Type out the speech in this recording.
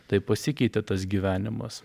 taip pasikeitė tas gyvenimas